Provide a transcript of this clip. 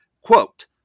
quote